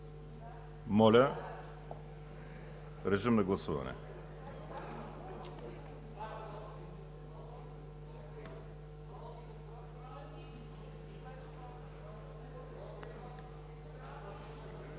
Моля, режим на гласуване